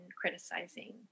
criticizing